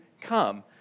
come